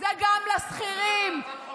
את לא מדברת על הצעת החוק